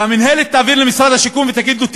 שהמינהלת תעביר למשרד השיכון ותגיד לו: